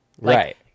Right